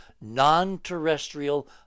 non-terrestrial